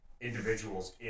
individuals